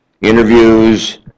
interviews